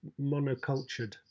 monocultured